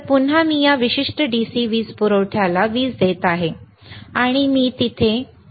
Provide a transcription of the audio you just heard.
तर पुन्हा मी या विशिष्ट DC वीज पुरवठ्याला वीज देत आहे आणि मी ती येथे दिली आहे